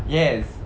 yes